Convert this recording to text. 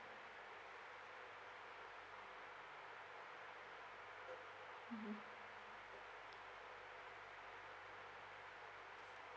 mmhmm